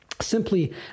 simply